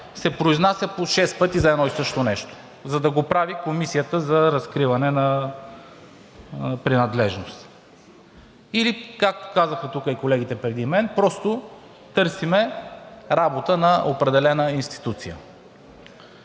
се произнася по шест пъти за едно и също нещо, за да го прави Комисията за разкриване на принадлежност. Или, както казаха тук и колегите преди мен, просто търсим работа на определена институция.